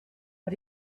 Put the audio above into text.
but